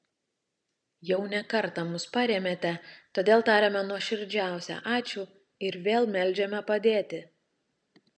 jau ne kartą mus parėmėte todėl tariame nuoširdžiausią ačiū ir vėl meldžiame padėti